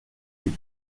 îles